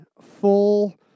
full